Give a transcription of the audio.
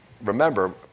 remember